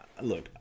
look